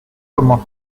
comment